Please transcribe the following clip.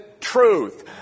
truth